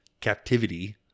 captivity